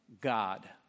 God